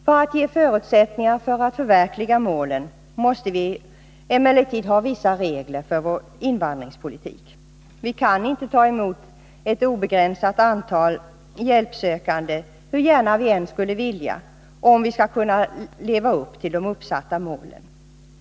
För att ge förutsättningar för att förverkliga målen måste vi emellertid ha vissa regler för vår invandringspolitik. Hur gärna vi än skulle vilja, kan vi inte ta emot ett obegränsat antal hjälpsökande om vi skall kunna leva upp till de uppsatta målen.